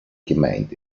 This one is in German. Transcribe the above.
gemeint